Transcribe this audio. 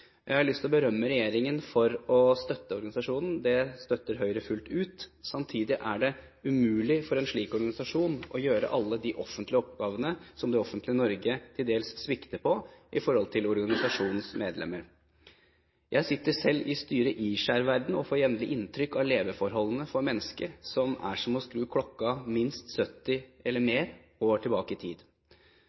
Jeg har lyst til å berømme regjeringen for å støtte organisasjonen – Høyre støtter det fullt ut. Samtidig er det umulig for en slik organisasjon å gjøre alle de offentlige oppgavene som det offentlige Norge til dels svikter, i forhold til organisasjonens medlemmer. Jeg sitter selv i styret i Skeiv Verden og får jevnlig inntrykk av leveforholdene for mennesker. Det er som å skru klokka minst 70 år eller mer tilbake i tid.